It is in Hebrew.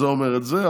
זה אומר את זה,